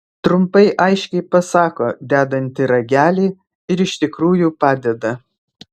trumpai aiškiai pasako dedanti ragelį ir iš tikrųjų padeda